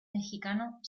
mexicano